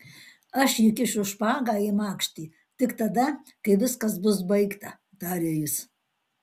aš įkišiu špagą į makštį tik tada kai viskas bus baigta tarė jis